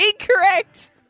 Incorrect